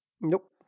Nope